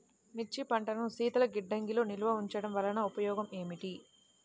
మిర్చి పంటను శీతల గిడ్డంగిలో నిల్వ ఉంచటం వలన ఉపయోగం ఏమిటి?